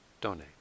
donate